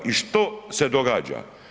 I što se događa?